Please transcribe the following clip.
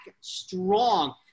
strong